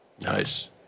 Nice